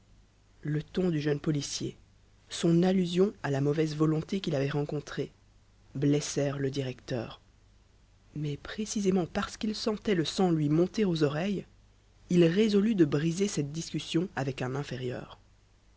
le ton du jeune policier son allusion à la mauvaise volonté qu'il avait rencontrée blessèrent le directeur mais précisément parce qu'il sentait le sang lui monter aux oreilles il résolut de briser cette discussion avec un inférieur